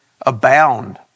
abound